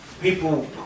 people